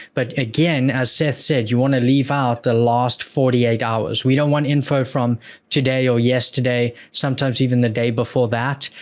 but again, as seth said, you wanna leave out the last forty eight hours. we don't want info from today or yesterday, sometimes even the day before that,